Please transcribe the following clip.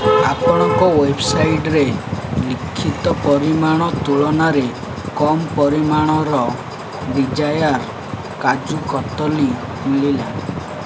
ଆପଣଙ୍କ ୱେବ୍ସାଇଟ୍ରେ ଲିଖିତ ପରିମାଣ ତୁଳନାରେ କମ୍ ପରିମାଣର ଡିଜାୟାର କାଜୁ କତଲି ମିଳିଲା